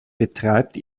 betreibt